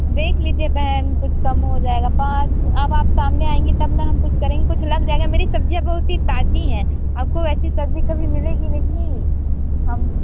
देख लीजिए बहन कुछ कम हो जाएगा अब आप सामने आएंगी तब ना हम कुछ करेंगे कुछ लग जाएगा मेरी सब्ज़ियाँ बहुत ही ताज़ी हैं आप को ऐसी सब्ज़ी कभी मिलेगी नहीं